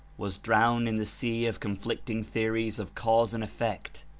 was drowned in the sea of con flicting theories of cause and effect,